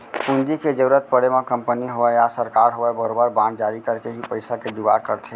पूंजी के जरुरत पड़े म कंपनी होवय या सरकार होवय बरोबर बांड जारी करके ही पइसा के जुगाड़ करथे